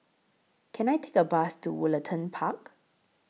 Can I Take A Bus to Woollerton Park